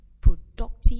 productive